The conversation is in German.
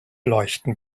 leuchten